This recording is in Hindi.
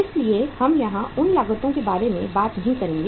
इसलिए हम यहां उन लागतों के बारे में बात नहीं करेंगे